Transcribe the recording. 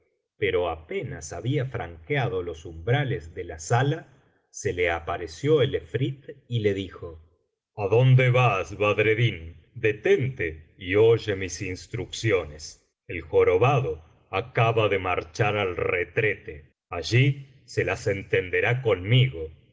pero apenas había franqueado los umbrales de la sala se le apareció el efrit y le dijo adonde vas badreddin detente y oye mis instrucciones el jorobado acaba de marchar al retrete allí se las entenderá conmigo